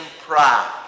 pride